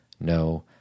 no